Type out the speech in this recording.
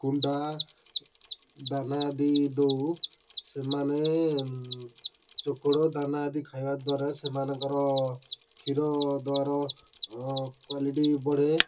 କୁଣ୍ଡା ଦାନା ଆଦି ଦେଉ ସେମାନେ ଚୋକଡ଼ ଦାନା ଆଦି ଖାଇବା ଦ୍ବାରା ସେମାନଙ୍କର କ୍ଷୀର ଦର କ୍ବାଲିଟି ବଢ଼େ